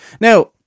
Now